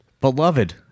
Beloved